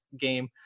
game